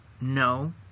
No